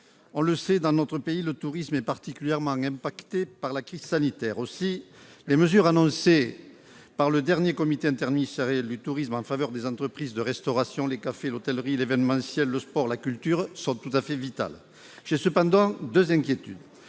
on le sait, dans notre pays, le tourisme est particulièrement affecté par la crise sanitaire. Aussi, les mesures annoncées lors du dernier comité interministériel du tourisme en faveur des entreprises de restauration, des cafés, de l'hôtellerie, de l'événementiel, du sport et de la culture sont vitales. Cependant, j'ai deux inquiétudes.